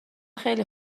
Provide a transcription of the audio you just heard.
خیلی